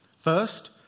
First